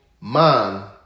man